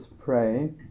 pray